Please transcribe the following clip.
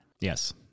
yes